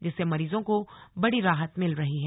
जिससे मरीजों को बड़ी राहत मिल रही है